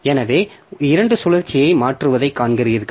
எனவே 2 சுழற்சியை மாற்றுவதை காண்கிறீர்கள்